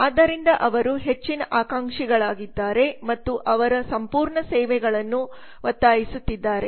ಆದ್ದರಿಂದ ಅವರು ಹೆಚ್ಚಿನ ಆಕಾಂಕ್ಷಿಗಳಾಗಿದ್ದಾರೆ ಮತ್ತು ಅವರು ಸಂಪೂರ್ಣ ಸೇವೆಗಳನ್ನು ಒತ್ತಾಯಿಸುತ್ತಿದ್ದಾರೆ